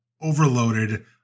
Overloaded